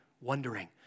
wondering